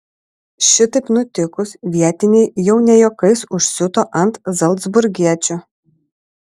šitaip nutikus vietiniai jau ne juokais užsiuto ant zalcburgiečių